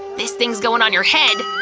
this thing's going on your head!